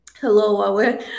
Hello